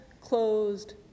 closed